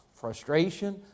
Frustration